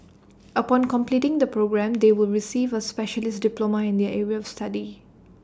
upon completing the programme they will receive A specialist diploma in their area study